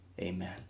Amen